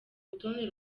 rutonde